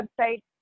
website